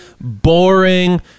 boring